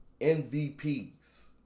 MVPs